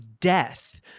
death